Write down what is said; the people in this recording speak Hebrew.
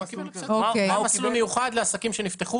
זה מסלול מיוחד לגבי עסקים שנפתחו